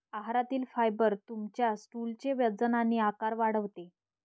आहारातील फायबर तुमच्या स्टूलचे वजन आणि आकार वाढवते